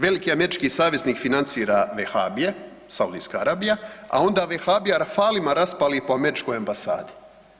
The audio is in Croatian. Veliki američki saveznik financira vehabije, Saudijska Arabija, a onda vehabija rafalima raspali po američkoj ambasadi.